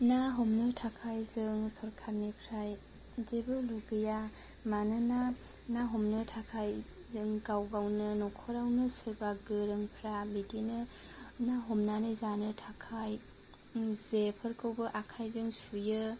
ना हमनो थाखाय जों सरखारनिफ्राय जेबो लुगैया मानोना ना हमनो थाखाय जों गावगावनो नखरावनो सोरबा गोरोंफ्रा बिदिनो ना हमनानै जानो थाखाय जेफोरखौबो आखाइजों सुयो